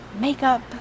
makeup